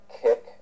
kick